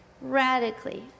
radically